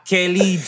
Kelly